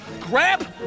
Grab